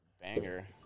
Banger